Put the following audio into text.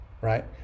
Right